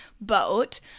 boat